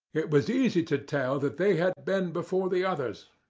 it was easy to tell that they had been before the others,